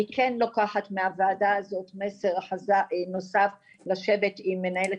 אני כן לוקחת מהוועדה הזו מסר נוסף לשבת עם מנהלת